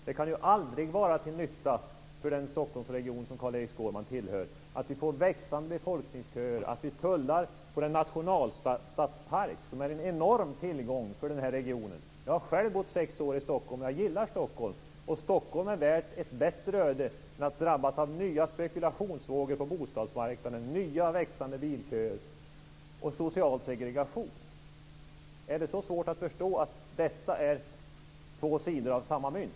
Det kan aldrig vara till nytta för den Stockholmsregion som Carl-Erik Skårman kommer ifrån att vi får växande befolkningsköer och att vi tullar på den nationalstadspark som är en enorm tillgång för den här regionen. Jag har själv bott sex år i Stockholm, och jag gillar Stockholm. Stockholm är värt ett bättre öde än att drabbas av nya spekulationsvågor på bostadsmarknaden, nya växande bilköer och social segregation. Är det så svårt att förstå att detta är två sidor av samma mynt?